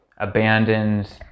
abandoned